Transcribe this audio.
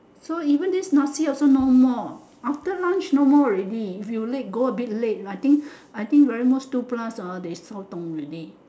so even this nasi also no more after lunch no more already if you late go a bit late like I think I think very most two plus ah they all already